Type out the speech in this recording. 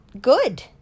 good